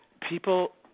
people